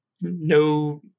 no